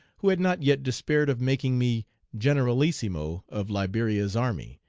who had not yet despaired of making me generalissimo of liberia's army,